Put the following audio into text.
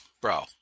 bro